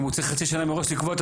אם הוא צריך חצי שנה מראש לקבוע את